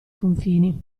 confini